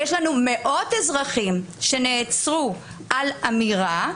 יש לנו מאות אזרחים שנעצרו על אמירה,